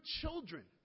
children